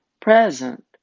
present